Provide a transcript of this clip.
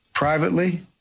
Privately